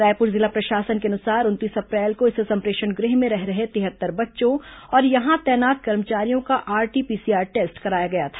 रायपुर जिला प्रशासन के अनुसार उनतीस अप्रैल को इस संप्रेषण गृह में रह रहे तिहत्तर बच्चों और यहां तैनात कर्मचारियों का आरटी पीसीआर टेस्ट कराया गया था